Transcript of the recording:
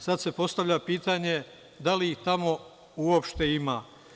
Sada se postavlja pitanje – da li ih tamo uopšte ima?